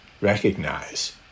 recognize